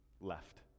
left